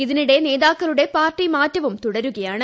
ഇതിനിടെ നേതാക്കളുടെ പാർട്ടിമാറ്റവും തുടരുകയാണ്